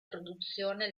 produzione